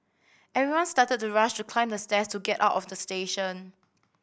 everyone started to rush to climb the stairs to get out of the station